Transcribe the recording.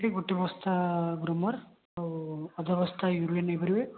ଗୋଟେ ବସ୍ତା ଗ୍ରୁମର ଆଉ ଅଧ ବସ୍ତା ୟୁରିଆ ନେଇପାରିବେ